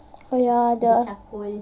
oh ya that